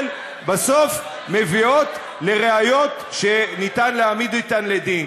בסוף מביאות לראיות שאפשר להעמיד אתן לדין.